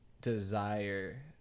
desire